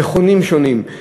מכונים שונים,